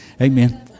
Amen